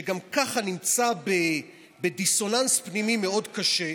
שגם ככה נמצא בדיסוננס פנימי מאוד קשה,